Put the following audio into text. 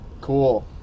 Cool